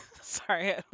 Sorry